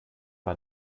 war